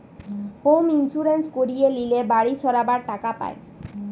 home insurance করিয়ে লিলে বাড়ি সারাবার টাকা পায়